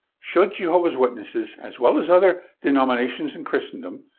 should jehovah's witnesses, as well as other denominations in christendom,